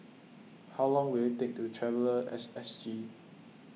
how long will it take to walk to Traveller at SG